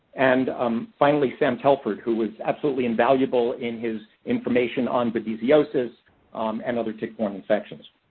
and um finally, sam telford, who was absolutely invaluable in his information on babesiosis and other tick-born infections.